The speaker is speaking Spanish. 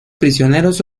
prisioneros